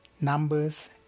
Numbers